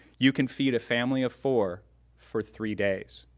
you can feed a family of four for three days.